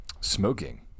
Smoking